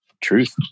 truth